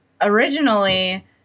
originally